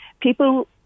people